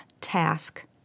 Task